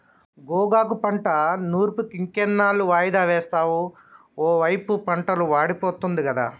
గోగాకు పంట నూర్పులింకెన్నాళ్ళు వాయిదా వేస్తావు ఒకైపు పంటలు వాడిపోతుంది గదా